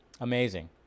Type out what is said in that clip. amazing